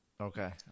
Okay